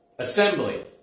assembly